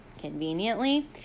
conveniently